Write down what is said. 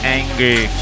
angry